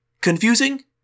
Confusing